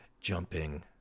jumping